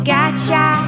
Gotcha